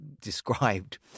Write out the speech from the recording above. described